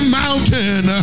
mountain